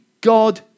God